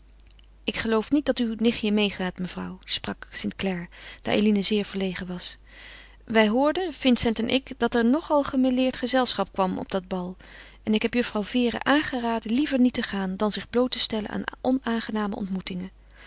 ik geloof niet dat uw nichtje meêgaat mevrouw sprak st clare daar eline zeer verlegen was wij hoorden vincent en ik dat er nog al gemêleerd gezelschap kwam op dat bal en ik heb juffrouw vere aangeraden liever niet te gaan dan zich bloot te stellen aan onaangename ontmoetingen